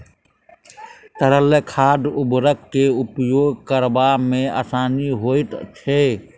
तरल खाद उर्वरक के उपयोग करबा मे आसानी होइत छै